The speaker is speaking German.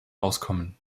auskommen